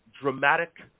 dramatic